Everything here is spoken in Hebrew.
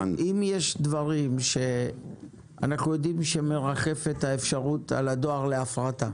אם יש דברים שאנחנו שיודעים שמרחפת האפשרות להפרטה של הדואר